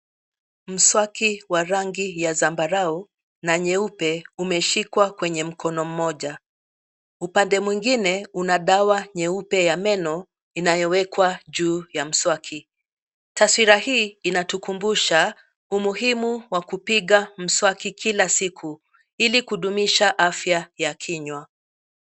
Mswaki wa rangi ya zambarau na nyeupe umeshikwa kwenye mkono mmoja. Upande mwingine una dawa nyeupe ya meno inayowekwa juu ya mswaki. Taswira hii inatukumbusha umuhimu wa kupiga mswaki kila siku ili kudumisha afya ya kinywa.